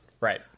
Right